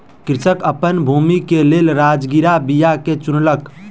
कृषक अपन भूमि के लेल राजगिरा बीया के चुनलक